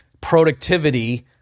productivity